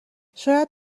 شاید